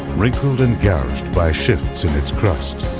wrinkled and gouged by shifts in its crust.